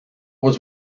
was